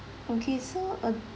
okay so uh